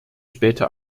später